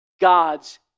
God's